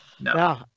no